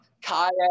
kayak